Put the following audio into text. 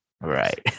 Right